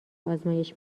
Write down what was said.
آزمایش